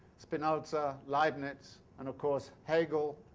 spinoza, leibniz, and of course hegel,